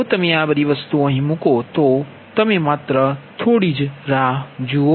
જો તમે આ બધી વસ્તુઓ અહીં મૂકો તો તમે માત્ર થોડી રાહ જુઓ